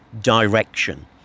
direction